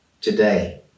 Today